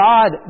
God